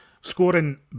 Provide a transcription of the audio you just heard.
scoring